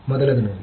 మొదలగునవి